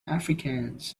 afrikaans